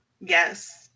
Yes